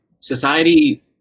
society